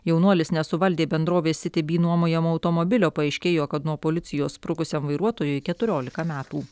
jaunuolis nesuvaldė bendrovės siti bi nuomojamo automobilio paaiškėjo kad nuo policijos sprukusiam vairuotojui keturiolika metų